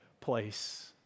place